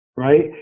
right